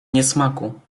niesmaku